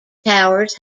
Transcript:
towers